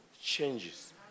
changes